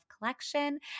collection